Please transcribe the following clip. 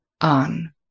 on